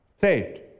Saved